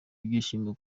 ibyishimo